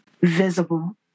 Visible